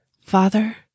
Father